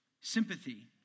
sympathy